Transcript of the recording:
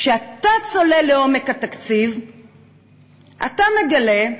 כשאתה צולל לעומק התקציב אתה מגלה,